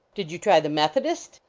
did you try the methodist?